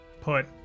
put